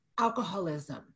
alcoholism